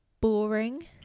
boring